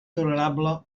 tolerable